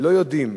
שלא יודעים